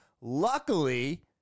Luckily